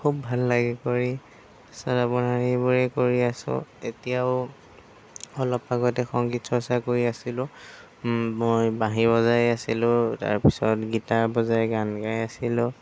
খুব ভাল লাগে কৰি তাৰপিছত আপোনাৰ এইবোৰে কৰি আছোঁ এতিয়াও অলপ আগতে সংগীত চৰ্চা কৰি আছিলোঁ মই বাঁহী বজাই আছিলোঁ তাৰপিছত গীটাৰ বজাই গান গাই আছিলোঁ